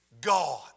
God